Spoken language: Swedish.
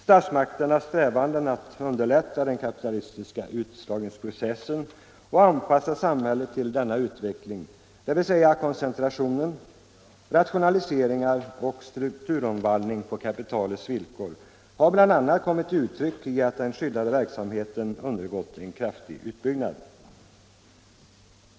Statsmakternas strävanden att underlätta den kapitalistiska utslagningsprocessen och anpassa samhället till denna utveckling, dvs. koncentration, nationaliseringar och strukturomvandling på kapitalets villkor, har bl.a. kommit till uttryck i att den skyddade verksamheten undergått en kraftig utbyggnad.